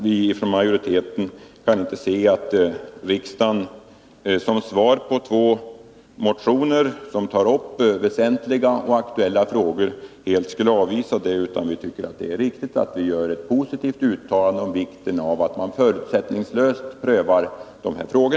Vi från utskottsmajoriteten kan inte finna det riktigt att riksdagen helt avvisar två motioner som tar upp väsentliga och aktuella frågor, utan vi anser det väsentligt att riksdagen gör ett positivt uttalande om vikten av att förutsättningslöst pröva dessa frågor.